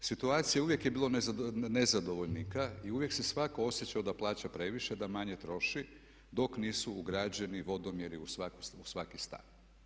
Uvijek je bilo nezadovoljnika i uvijek se svatko osjećao da plaća previše, da manje troši dok nisu ugrađeni vodomjeri u svaki stan.